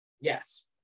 Yes